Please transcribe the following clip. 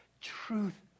truth